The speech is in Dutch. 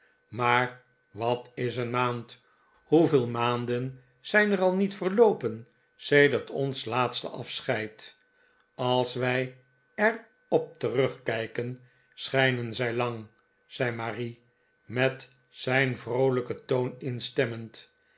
maar wat is een maand hoeveel maanden zijn er al niet verloopen sedert ons laatste afscheid als wij er op terugkijken schijnen zij lang zei marie met zijn vroolijken toon instemmend